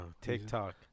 TikTok